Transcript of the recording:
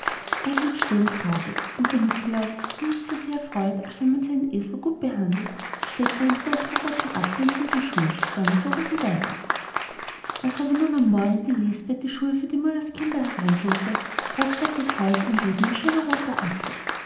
er blieb stehen fraß es und der nikolaus den nichts so sehr freut als wenn man seinen esel gut behandelt steckte einen großen roten apfel in jeden schuh dann zogen sie weiter als aber nun am montag morgen die liesbeth die schuhe für die müllerskinder hereinholte lag statt des heues in jedem ein schöner apfel